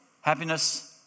Happiness